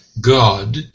God